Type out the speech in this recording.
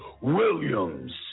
Williams